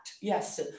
Yes